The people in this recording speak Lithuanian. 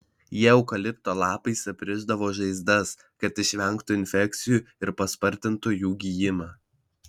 jie eukalipto lapais aprišdavo žaizdas kad išvengtų infekcijų ir paspartintų jų gijimą